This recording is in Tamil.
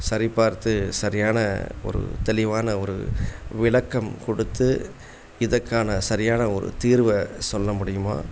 சரி பார்த்து சரியான ஒரு தெளிவான ஒரு விளக்கம் கொடுத்து இதற்கான சரியான ஒரு தீர்வை சொல்ல முடியுமா